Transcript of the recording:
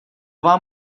vám